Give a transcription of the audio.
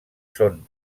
són